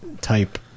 type